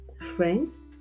friends